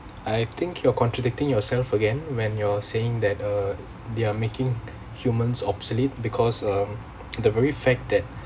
I think you're contradicting yourself again when you're saying that uh they are making humans obsolete because um the very fact that